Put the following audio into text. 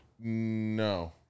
No